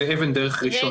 זאת אבן דרך ראשונה.